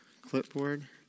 Clipboard